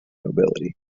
nobility